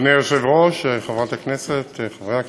אדוני היושב-ראש, חברת הכנסת, חברי הכנסת,